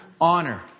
honor